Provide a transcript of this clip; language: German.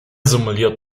simuliert